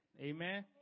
Amen